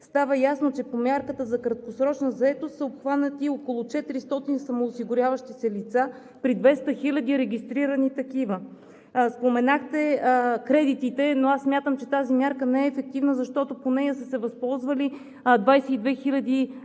става ясно, че по мярката за краткосрочна заетост са обхванати около 400 самоосигуряващи се лица при 200 хиляди регистрирани такива. Споменахте кредитите, но аз смятам, че тази мярка не е ефективна, защото по нея са се възползвали 22 хиляди